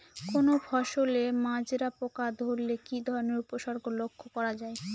কোনো ফসলে মাজরা পোকা ধরলে কি ধরণের উপসর্গ লক্ষ্য করা যায়?